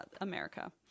america